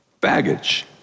baggage